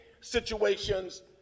situations